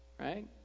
Right